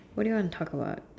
what do you wanna talk about